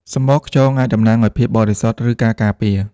សំបកខ្យងអាចតំណាងឲ្យភាពបរិសុទ្ធ ឬការការពារ។